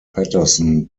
paterson